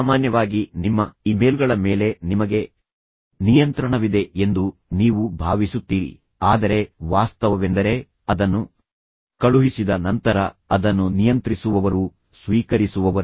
ಸಾಮಾನ್ಯವಾಗಿ ನಿಮ್ಮ ಇಮೇಲ್ಗಳ ಮೇಲೆ ನಿಮಗೆ ನಿಯಂತ್ರಣವಿದೆ ಎಂದು ನೀವು ಭಾವಿಸುತ್ತೀರಿ ಆದರೆ ವಾಸ್ತವವೆಂದರೆ ಅದನ್ನು ಕಳುಹಿಸಿದ ನಂತರ ಅದನ್ನು ನಿಯಂತ್ರಿಸುವವರು ಸ್ವೀಕರಿಸುವವರು